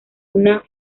una